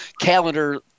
calendar